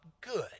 good